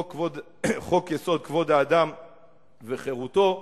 חוק-יסוד: כבוד האדם וחירותו,